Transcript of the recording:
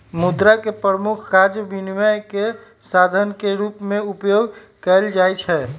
मुद्रा के प्रमुख काज विनिमय के साधन के रूप में उपयोग कयल जाइ छै